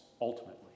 ultimately